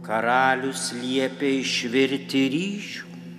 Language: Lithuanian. karalius liepė išvirti ryžių